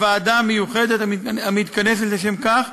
ועדה מיוחדת המתכנסת לשם כך,